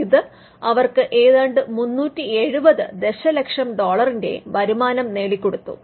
ഇത് അവർക്കു ഏതാണ്ട് 370 ദശലക്ഷം ഡോളറിന്റെ വരുമാനം നേടി കൊടുത്തു